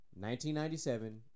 1997